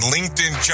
LinkedIn